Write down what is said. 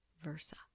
versa